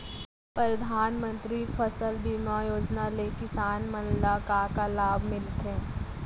परधानमंतरी फसल बीमा योजना ले किसान मन ला का का लाभ ह मिलथे?